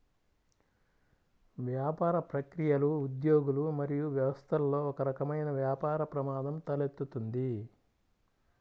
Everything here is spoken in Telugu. వ్యాపార ప్రక్రియలు, ఉద్యోగులు మరియు వ్యవస్థలలో ఒకరకమైన వ్యాపార ప్రమాదం తలెత్తుతుంది